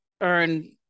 earn